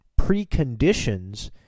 preconditions